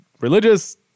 religious